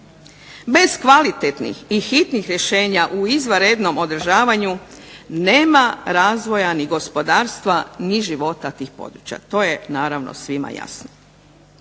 Bez kvalitetnih i hitnih rješenja u izvanrednom održavanju nema razvoja ni gospodarstva ni života tih područja, to je naravno svima jasno.